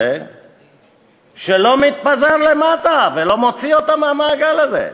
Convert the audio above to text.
הזה שלא מתפזר למטה ולא מוציא אותם מהמעגל הזה.